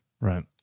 Right